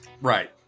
Right